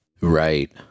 Right